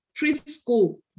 preschool